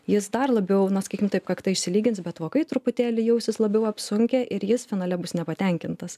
jis dar labiau na sakykim taip kakta išsilygins bet vokai truputėlį jausis labiau apsunkę ir jis finale bus nepatenkintas